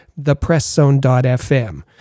thepresszone.fm